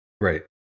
right